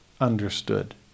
understood